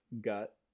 gut